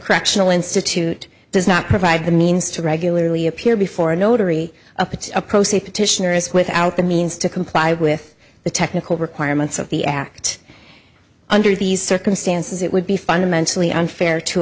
correctional institute does not provide the means to regularly appear before a notary a particular procedure petitioner is without the means to comply with the technical requirements of the act under these circumstances it would be fundamentally unfair to